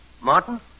Martin